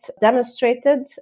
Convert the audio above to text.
demonstrated